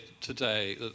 today